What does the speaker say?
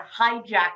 hijacked